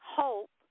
hope